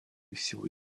всего